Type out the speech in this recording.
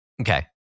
okay